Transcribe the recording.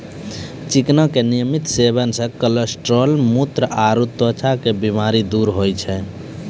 चिकना के नियमित सेवन से कोलेस्ट्रॉल, मुत्र आरो त्वचा के बीमारी दूर होय छै